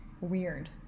weird